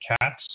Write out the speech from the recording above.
Cats